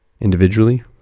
individually